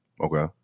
Okay